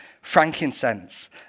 frankincense